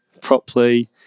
properly